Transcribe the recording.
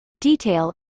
detail